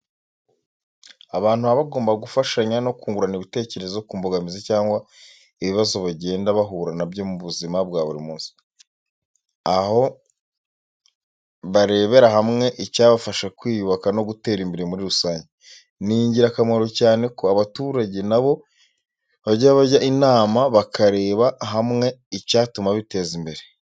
Abantu baba bagomba gufashanya no kungurana ibitekerezo ku mbogamizi cyangwa se ibibazo bagenda bahura na byo mu buzima bwa buri munsi, aho barebera hamwe icyabafasha kwiyubaka no gutera imbere muri rusange. Ni ingirakamaro cyane ko abaturage na bo bajya bajya inama bakarebera hamwe icyatuma biteza imbere.